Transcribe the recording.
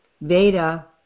veda